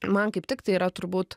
man kaip tik tai yra turbūt